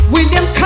William